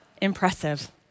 impressive